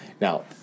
Now